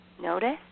Notice